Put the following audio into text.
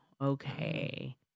okay